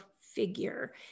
figure